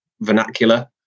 vernacular